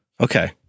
Okay